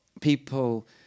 people